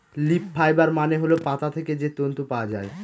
leaf fibre মানে হল পাতা থেকে যে তন্তু পাওয়া যায়